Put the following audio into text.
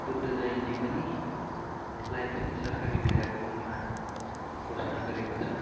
बुद्ध जयन्ती पनि लाई पनि सरकारी बिदाको रूपमा घोषणा गरेको छ